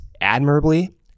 admirably